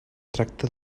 tracta